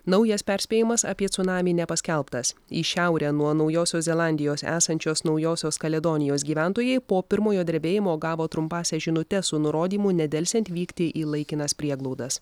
naujas perspėjimas apie cunamį nepaskelbtas į šiaurę nuo naujosios zelandijos esančios naujosios kaledonijos gyventojai po pirmojo drebėjimo gavo trumpąsias žinutes su nurodymu nedelsiant vykti į laikinas prieglaudas